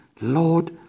Lord